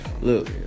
Look